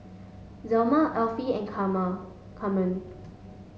Zelma Effie and Carmen